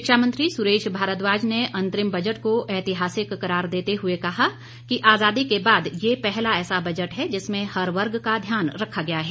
शिक्षा मंत्री सुरेश भारद्वाज ने अंतरिम बजट को ऐतिहासिक करार देते हए कहा कि आजादी के बाद ये पहला ऐसा बजट है जिसमें हर वर्ग का ध्यान रखा गया है